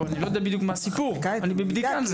אני לא יודע מהו הסיפור בדיוק; אני עורך על זה בדיקה.